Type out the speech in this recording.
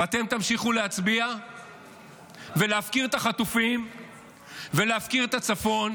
ואתם תמשיכו להצביע ולהפקיר את החטופים ולהפקיר את הצפון,